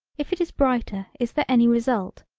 if it is brighter is there any result,